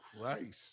Christ